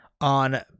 on